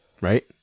right